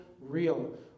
real